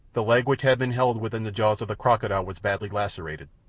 the leg which had been held within the jaws of the crocodile was badly lacerated,